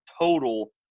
total